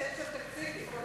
יכול